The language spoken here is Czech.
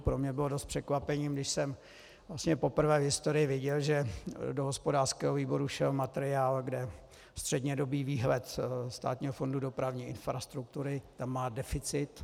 Pro mě bylo dost překvapením, když jsem vlastně poprvé v historii viděl, že do hospodářského výboru šel materiál, kde střednědobý výhled Státního fondu dopravní infrastruktury má naplánovaný deficit.